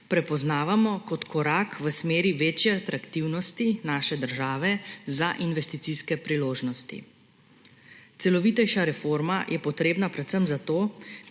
prepoznavamo kot korak v smeri večje atraktivnosti naše države za investicijske priložnosti. Celovitejša reforma je potrebna predvsem zato,